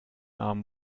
armen